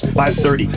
530